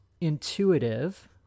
intuitive